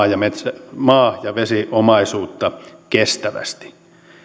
maa ja vesiomaisuutta kestävästi